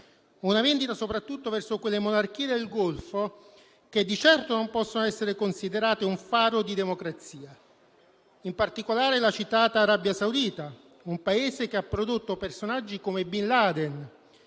una vendita soprattutto verso quelle monarchie del Golfo che di certo non possono essere considerate un faro di democrazia, in particolare la citata Arabia Saudita, un Paese che ha prodotto personaggi come Bin Laden,